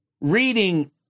reading